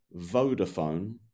Vodafone